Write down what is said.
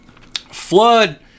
Flood